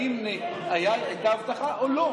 האם הייתה הבטחה או לא?